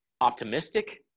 Optimistic